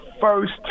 first